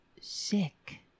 sick